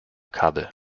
kabel